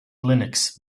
linux